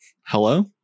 Hello